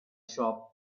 shop